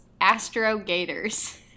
Astrogators